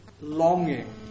longing